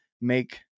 make